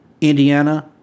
Indiana